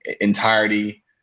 entirety